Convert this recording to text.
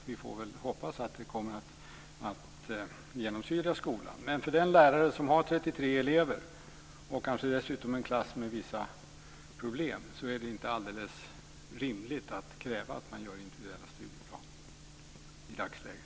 Vi får väl hoppas att det kommer att genomsyra skolan. För den lärare som har 33 elever och dessutom en klass med vissa problem är det inte rimligt att i dagsläget kräva att det ska göras individuella studieplaner.